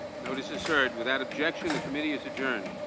notices heard without objection. the committee is adjourned.